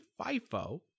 FIFO